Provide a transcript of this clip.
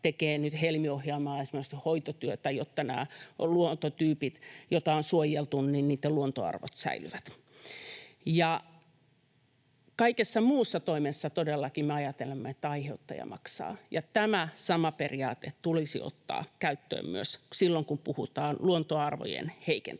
esimerkiksi Helmi-ohjelmassa hoitotyötä, jotta näiden luontotyyppien, joita on suojeltu, luontoarvot säilyvät. Kaikessa muussa toiminnassa todellakin me ajattelemme, että aiheuttaja maksaa, ja tämä sama periaate tulisi ottaa käyttöön myös silloin kun puhutaan luontoarvojen heikentämisestä.